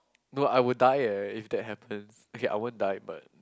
no I will die eh if that happens okay I won't die but